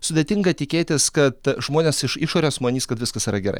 sudėtinga tikėtis kad žmonės iš išorės manys kad viskas yra gerai